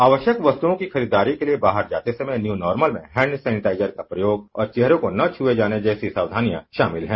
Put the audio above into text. आवश्यक वस्तुओं की खरीदारी के लिए बाहर जाते समय जो न्यू नार्मल हैंड सेनेटाइजर का प्रयोग और चेहरों को न छुए जाने जैसी सावधानियां शामिल हैं